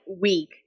week